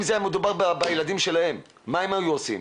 אם זה היה מדובר בילדים שלהם מה הם היו עושים.